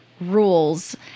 rules